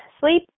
Sleep